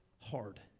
hard